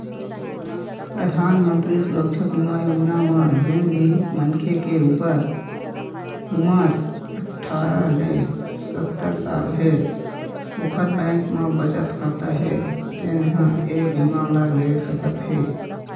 परधानमंतरी सुरक्छा बीमा योजना म जेन भी मनखे के उमर अठारह ले सत्तर साल हे ओखर बैंक म बचत खाता हे तेन ह ए बीमा ल ले सकत हे